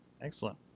Excellent